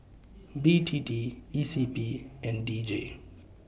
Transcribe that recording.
B T T E C P and D J